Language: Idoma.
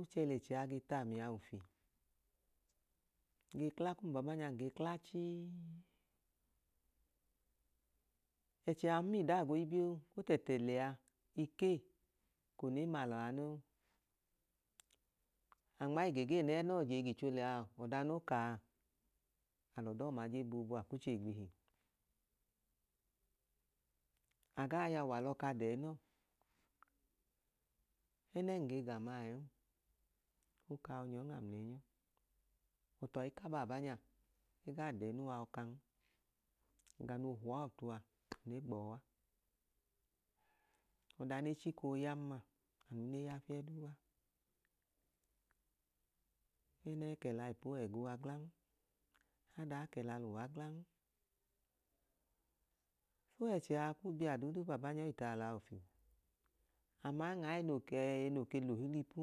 Ochẹ l'ẹchẹ a ge t'amia ufi. Nge kla kum baabanya nge kla chii ẹchẹ a hum idaago ibion otẹtẹ lẹa ikei eko ne m'alọa non. Anmaigege nẹnọ jei gicho lẹa ọda no kaa alọ dọọma je boobu aku che igbihi. Agaa yawu alọka dẹẹnọ ẹnẹm nge g'ama ẹẹn okaa nyọn aml'enyọ but ayi ka baabanya egaa dẹẹnuwa ọkan ẹga no hua ọtua ne gbọọa ọda ne chiko yan maanu ne ya fieduua ẹnẹẹ kẹla ipuwa ẹguwa glan, adaa kẹla luwa glan so ẹchẹa kuu biya duudu baabanya oyi taalọa ufi aman aẹno ke l'ohilipu